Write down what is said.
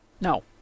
No